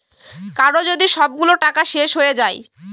কারো যদি সবগুলো টাকা শেষ হয়ে যায়